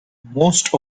most